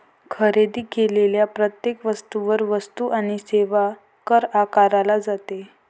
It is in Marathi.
खरेदी केलेल्या प्रत्येक वस्तूवर वस्तू आणि सेवा कर आकारला जातो